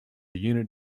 unit